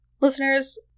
listeners